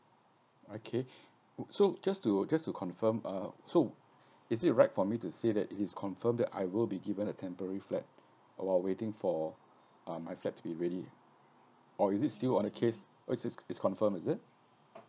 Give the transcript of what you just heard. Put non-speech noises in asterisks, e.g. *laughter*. okay *breath* so just to just to confirm uh so is it right for me to say that it is confirm that I will be given a temporary flat while waiting for um my flat to be ready or is it still on the case or is it~ is confirmed is it